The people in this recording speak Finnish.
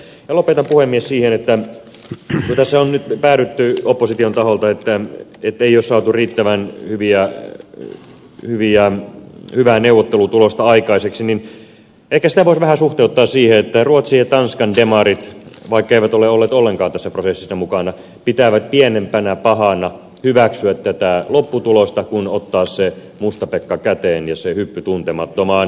lopetan puhemies siihen että kun tässä on nyt päädytty opposition taholta siihen että ei ole saatu riittävän hyvää neuvottelutulosta aikaiseksi niin ehkä sitä voisi suhteuttaa vähän siihen että ruotsin ja tanskan demarit vaikkeivät ole olleet ollenkaan tässä prosessissa mukana pitävät pienempänä pahana hyväksyä tämän lopputuloksen kuin ottaa se mustapekka käteen ja tehdä hyppy tuntemattomaan